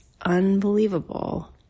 unbelievable